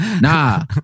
nah